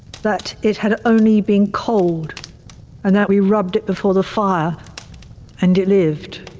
that it had only been cold and that we rubbed it before the fire and it lived.